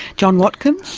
john watkins?